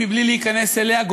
בלי להיכנס אליה,